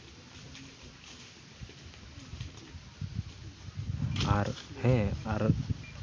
ᱟᱨ ᱦᱮᱸ ᱟᱨ